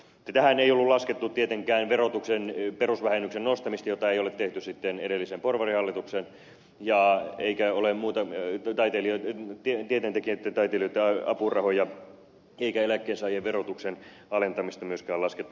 tähän ei ollut laskettu tietenkään verotuksen perusvähennyksen nostamista jota ei ole tehty sitten edellisen porvarihallituksen eikä ole tieteentekijöitten ja taiteilijoitten apurahoja eikä eläkkeensaajien verotuksen alentamista myöskään laskettu